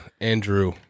Andrew